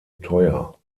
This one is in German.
teuer